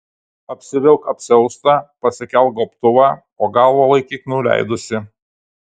apsivilk apsiaustą pasikelk gobtuvą o galvą laikyk nuleidusi